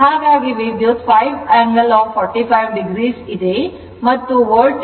ಹಾಗಾಗಿ ವಿದ್ಯುತ್ 5 angle45 o ಇದೆ ಮತ್ತು ವೋಲ್ಟೇಜ್ 70